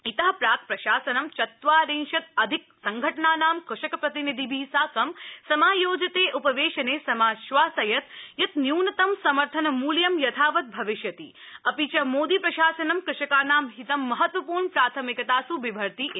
इत प्राक प्रशासनं चत्वारिंशदधिक संघटनानां कृषक प्रतिनिधिभि साकं समायोजिते उपवेशने समाश्वासयत े यत े न्यूनतम समर्थन मूल्यं यथावत भविष्यति अपि च मोदी प्रशासनं क़षकाणां हितं महत्वपूर्ण प्राथमिकतास् विभर्ति इति